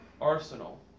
Arsenal